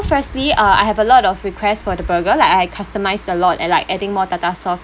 firstly uh I have a lot of request for the burger like I customised a lot and like adding more tartar sauce